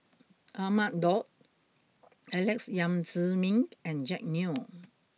Ahmad Daud Alex Yam Ziming and Jack Neo